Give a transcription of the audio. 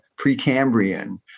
Precambrian